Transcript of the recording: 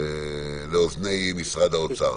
את משרד האוצר